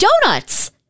donuts